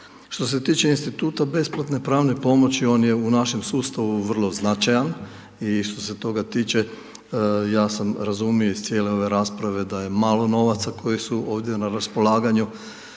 Što se tiče Instituta besplatne pravne pomoći, on je u našem sustavu vrlo značajan i što se toga tiče, ja sam razumio iz cijele ove rasprave da je malo novaca koji su ovdje na raspolaganju,